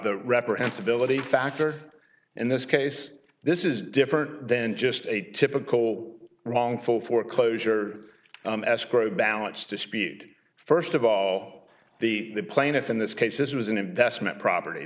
a factor in this case this is different than just a typical wrongful foreclosure escrow balance to speed first of all the plaintiff in this case this was an investment property